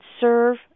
serve